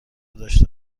داشته